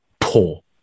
poor